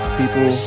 people